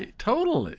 and total.